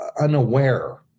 unaware